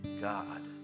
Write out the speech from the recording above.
God